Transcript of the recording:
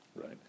right